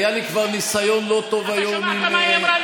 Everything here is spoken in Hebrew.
היה לי כבר ניסיון לא טוב היום עם חבר